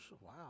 wow